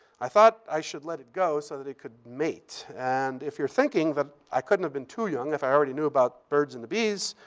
i thought i should let it go so that it could mate. and if you're thinking that i couldn't have been too young if i already knew about the birds and the bees,